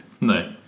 No